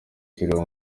kiriho